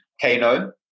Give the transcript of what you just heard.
Kano